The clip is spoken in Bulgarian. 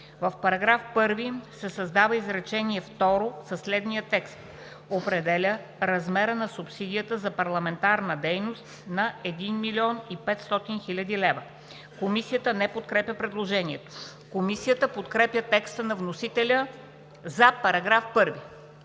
„В § 1 се създава изречение второ със следния текст: „Определя размера на субсидията за парламентарна дейност на 1 500 000 лв.“ Комисията не подкрепя предложението. Комисията подкрепя текста на вносителя за § 1.